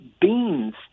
beans